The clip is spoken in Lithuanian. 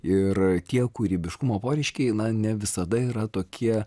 ir tie kūrybiškumo poreiškiai na ne visada yra tokie